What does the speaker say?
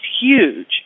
huge